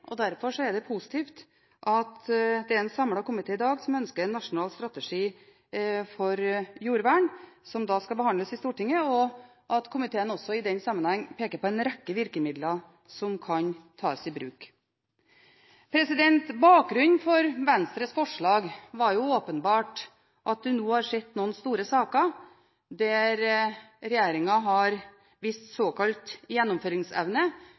Derfor er det positivt at det i dag er en samlet komité som ønsker en nasjonal strategi for jordvern, som skal behandles i Stortinget, og at komiteen i den sammenheng også peker på en rekke virkemidler som kan tas i bruk. Bakgrunnen for Venstres forslag var åpenbart at vi nå har sett noen store saker der regjeringen har vist såkalt gjennomføringsevne